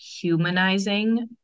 humanizing